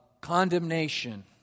condemnation